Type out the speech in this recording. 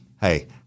Hey